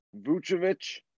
Vucevic